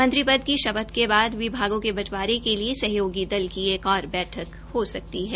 मंत्रीपद की शपथ के बाद विभागों के बंटवारे के लिए सहयोगी दल की एक ओर बैठक हो सकती है